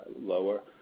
lower